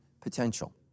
potential